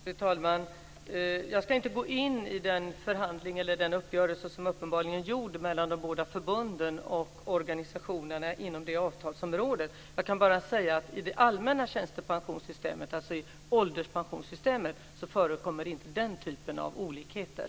Fru talman! Jag ska inte gå in på den förhandling eller uppgörelse som uppenbarligen har skett mellan de båda förbunden och organisationerna inom det här avtalsområdet. Jag kan bara säga att i det allmänna tjänstepensionssystemet, dvs. i ålderpensionssystemet, förekommer inte den typen av olikheter.